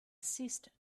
ceased